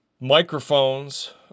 microphones